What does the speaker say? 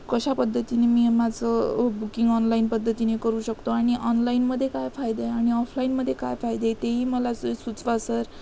कशा पद्धतीने मी माझं बुकिंग ऑनलाईन पद्धतीने करू शकतो आणि ऑनलाईनमध्ये काय फायदा आहे आणि ऑफलाईनमध्ये काय फायदे तेही मला स सुचवा सर